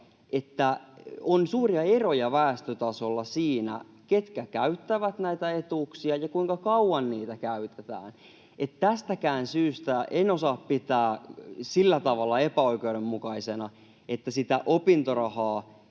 että on suuria eroja väestötasolla siinä, ketkä käyttävät näitä etuuksia ja kuinka kauan niitä käytetään. Tästäkään syystä en osaa pitää sillä tavalla epäoikeudenmukaisena, että opintorahaa